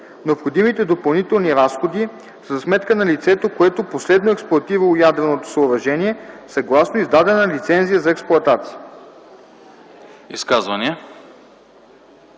необходимите допълнителни разходи са за сметка на лицето, което последно е експлоатирало ядреното съоръжение, съгласно издадена лицензия за експлоатация.”